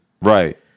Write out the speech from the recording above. Right